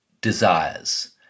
desires